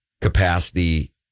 capacity